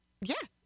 Yes